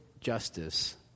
justice